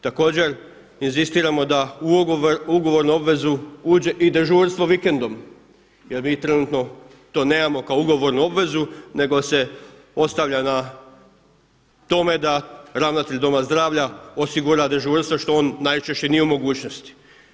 Također inzistiramo da u ugovornu obvezu uđe i dežurstvo vikendom jer mi trenutno to nemamo kao ugovornu obvezu nego se ostavlja na tome da ravnatelj doma zdravlja osigura dežurstvo što on najčešće nije u mogućnosti.